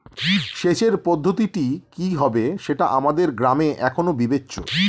সেচের পদ্ধতিটি কি হবে সেটা আমাদের গ্রামে এখনো বিবেচ্য